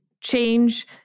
change